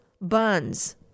buns